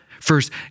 First